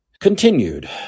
continued